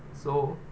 so